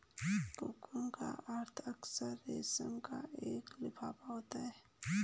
cocoon का अर्थ अक्सर रेशम का एक लिफाफा होता है